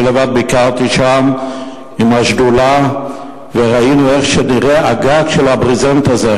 אני לבד ביקרתי שם עם השדולה וראינו איך נראה הגג של הברזנט הזה.